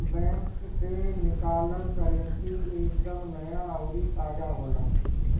bank से निकालल currency एक दम नया अउरी ताजा होला